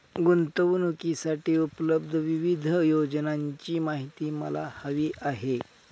गुंतवणूकीसाठी उपलब्ध विविध योजनांची माहिती मला हवी आहे